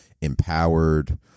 empowered